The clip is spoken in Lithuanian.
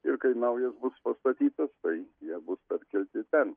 ir kai naujas bus patstatytas tai jie bus perkelti ten